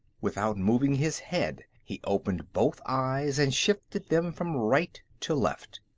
without moving his head, he opened both eyes and shifted them from right to left.